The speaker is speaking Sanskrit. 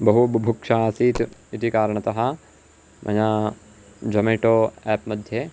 बहु बुभुक्षा आसीत् इति कारणतः मया जोमेटो एप्मध्ये